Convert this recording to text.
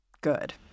good